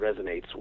resonates